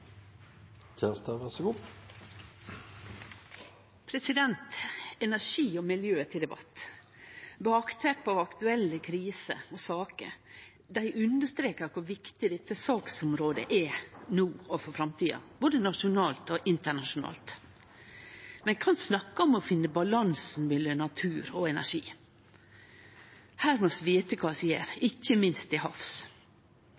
til debatt. Bakteppet av aktuelle kriser og saker understreker kor viktig dette saksområdet er no og for framtida, både nasjonalt og internasjonalt. Vi kan snakke om å finne balansen mellom natur og energi. Her må vi vite kva vi gjer,